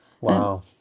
Wow